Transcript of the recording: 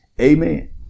Amen